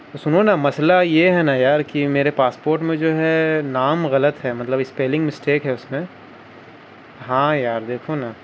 سنو نا مسئلہ یہ ہے نا یار کہ میرے پاسپورٹ میں جو ہے نام غلط ہے مطلب اسپیلنگ مسٹیک ہے اس میں ہاں یار دیکھو نا